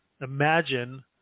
Imagine